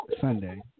Sunday